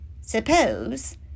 suppose